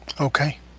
Okay